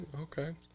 Okay